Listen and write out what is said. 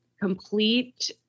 complete